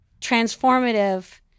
transformative